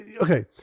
okay